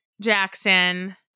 Jackson